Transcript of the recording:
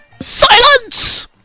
silence